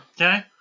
okay